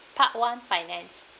part one finance